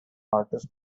artist